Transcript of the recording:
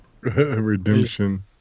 redemption